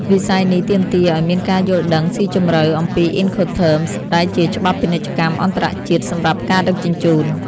វិស័យនេះទាមទារឱ្យមានការយល់ដឹងស៊ីជម្រៅអំពី "Incoterms" ដែលជាច្បាប់ពាណិជ្ជកម្មអន្តរជាតិសម្រាប់ការដឹកជញ្ជូន។